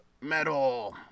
Metal